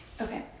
Okay